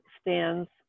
stands